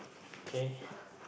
okay